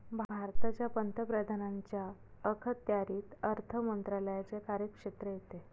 भारताच्या पंतप्रधानांच्या अखत्यारीत अर्थ मंत्रालयाचे कार्यक्षेत्र येते